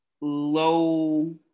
low